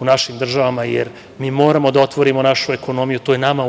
u našim državama, jer mi moramo da otvorimo našu ekonomiju, to je nama